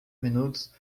minutos